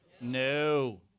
No